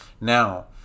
Now